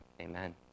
Amen